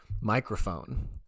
microphone